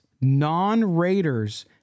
non-Raiders